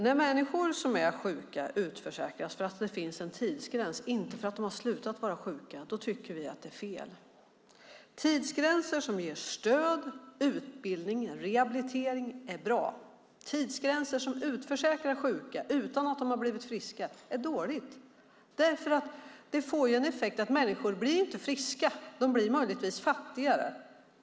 När människor som är sjuka utförsäkras därför att det finns en tidsgräns, inte därför att de har slutat att vara sjuka, tycker vi att det är fel. Tidsgränser som innebär stöd, utbildning och rehabilitering är bra. Tidsgränser som gör att sjuka utförsäkras utan att de har blivit friska är dåligt. Det får till effekt att människor inte blir friska, de blir möjligtvis fattigare.